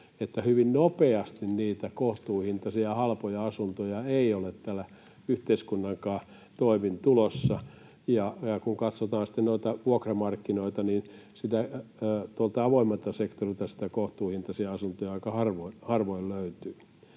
Hyvin nopeasti niitä kohtuuhintaisia, halpoja asuntoja ei ole yhteiskunnankaan toimin tulossa, ja kun katsotaan sitten noita vuokramarkkinoita, niin avoimelta sektorilta niitä kohtuuhintaisia asuntoja aika harvoin löytyy.